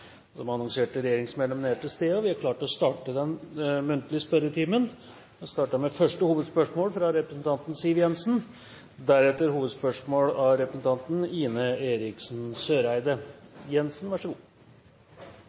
De annonserte regjeringsmedlemmer er til stede, og vi er klare til å starte den muntlige spørretimen. Vi starter da med første hovedspørsmål, fra representanten Siv Jensen.